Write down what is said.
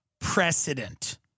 precedent